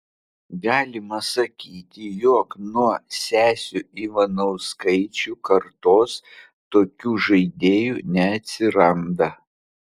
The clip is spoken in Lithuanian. galima sakyti jog nuo sesių ivanauskaičių kartos tokių žaidėjų neatsiranda